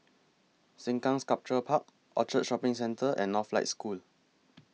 Sengkang Sculpture Park Orchard Shopping Centre and Northlight School